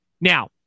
Now